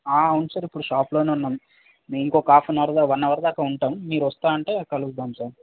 అవును సార్ ఇప్పుడు షాప్లోనే ఉన్నాము మీ ఇంకొక హాఫ్ అన్ అవర్ దాకా వన్ అవర్ దాకా ఉంటాము మీరు వస్తాను అంటే కలుద్దాం సార్